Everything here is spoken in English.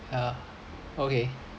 yeah okay